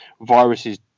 viruses